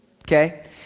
okay